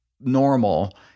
normal